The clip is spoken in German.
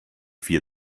vier